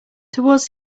toward